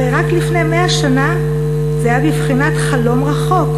הרי רק לפני 100 שנה זה היה בבחינת חלום רחוק,